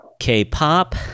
k-pop